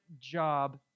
job